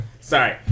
Sorry